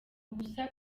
gusa